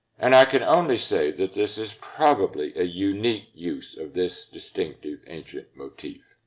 and i can only say that this is probably a unique use of this distinctive ancient motif.